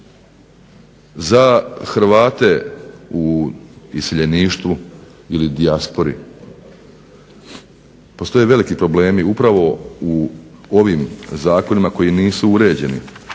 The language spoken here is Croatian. Za Hrvate u iseljeništvu ili dijaspori postoje veliki problemi upravo u ovim zakonima koji nisu uređeni